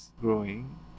growing